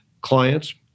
clients